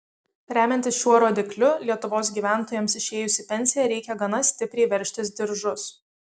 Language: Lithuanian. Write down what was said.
remiantis šiuo rodikliu lietuvos gyventojams išėjus į pensiją reikia gana stipriai veržtis diržus